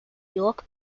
york